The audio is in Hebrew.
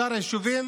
בשאר היישובים